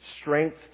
strength